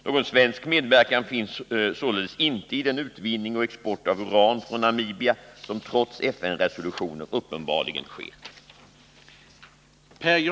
Någon svensk medverkan finns således inte i den utvinning och export av uran från Namibia som trots FN-resolutioner uppenbarligen sker.